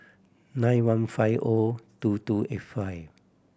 nine one five O two two eight five